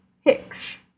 Hicks